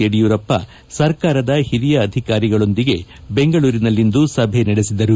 ಯಡಿಯೂರಪ್ಪ ಸರ್ಕಾರದ ಹಿರಿಯ ಅಧಿಕಾರಿಗಳೊಂದಿಗೆ ಬೆಂಗಳೂರಿನಲ್ಲಿಂದು ಸಭೆ ನಡೆಸಿದರು